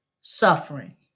suffering